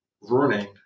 running